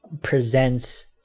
Presents